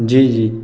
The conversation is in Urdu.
جی جی